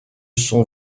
son